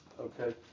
Okay